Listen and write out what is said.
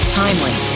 timely